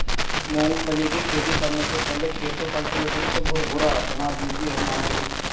मूंगफली की खेती करने से पहले खेत को कल्टीवेटर से भुरभुरा बना दीजिए मामा जी